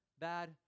bad